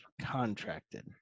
contracted